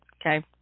Okay